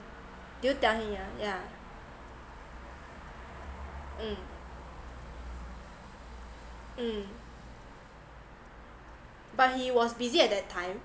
did you tell him yeah yeah mm mm but he was busy at that time